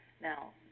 Now